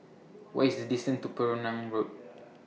What IS The distance to Penang Road